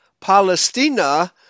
Palestina